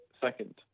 second